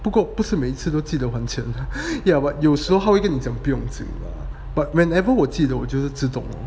不过不是每次都记得还钱 ya but ah 有时候他会讲不用紧啦 but whenever 我记得我就是自动 lor